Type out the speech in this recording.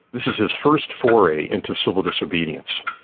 this is his first foray into civil disobedience.